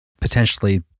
potentially